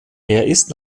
ist